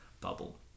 bubble